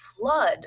flood